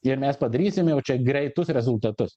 ir mes padarysim jau čia greitus rezultatus